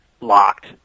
locked